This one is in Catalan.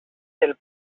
del